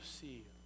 see